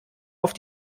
auf